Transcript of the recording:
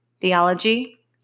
theology